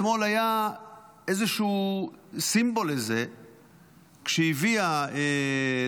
אתמול היה איזשהו סימבול לזה כשהביאה